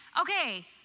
okay